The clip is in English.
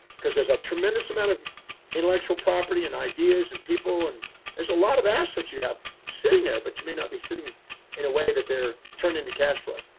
cause there's a tremendous amount of intellectual property and ideas and people. and there's a lot of assets you have sitting there, but you may not be sitting in a way that they're turned into cashflow.